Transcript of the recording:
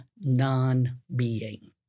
non-being